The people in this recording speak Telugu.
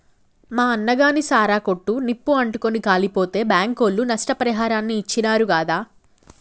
మా అన్నగాని సారా కొట్టు నిప్పు అంటుకుని కాలిపోతే బాంకోళ్లు నష్టపరిహారాన్ని ఇచ్చినారు గాదా